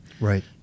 Right